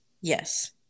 Yes